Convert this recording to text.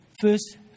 first